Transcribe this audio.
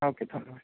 ও কে ধন্যবাদ